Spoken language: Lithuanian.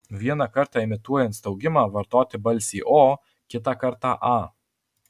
vieną kartą imituojant staugimą vartoti balsį o kitą kartą a